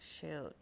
Shoot